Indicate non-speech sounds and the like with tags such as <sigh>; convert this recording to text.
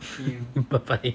<laughs> bye bye